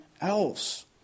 else